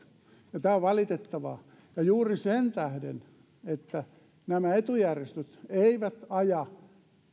ja tämä on valitettavaa ja juuri se että nämä etujärjestöt eivät aja